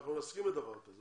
שאנחנו נסכים לדבר כזה,